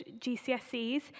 GCSEs